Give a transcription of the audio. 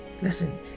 Listen